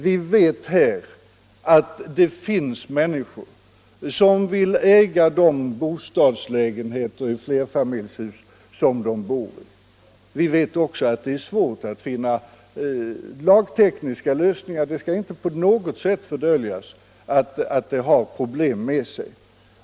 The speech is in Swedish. Vi vet att det finns människor som vill äga de bostadslägenheter i flerfamiljshus som de bor i. Vi vet också att det är svårt att finna lagtekniska lösningar; det skall inte på något sätt fördöljas att det medför problem.